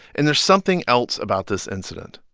and there's something else about this incident.